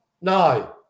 No